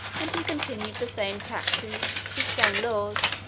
and he continued the same taxes the same laws,